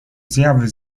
zjawy